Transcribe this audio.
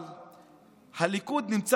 הליכוד נמצא